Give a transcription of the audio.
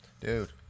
Dude